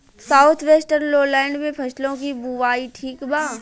South western lowland में फसलों की बुवाई ठीक बा?